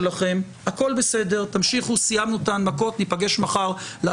שלכם שבמסיבת יום העצמאות אמר לא